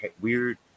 weird